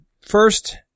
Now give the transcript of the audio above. first